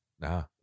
no